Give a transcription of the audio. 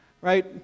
Right